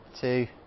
two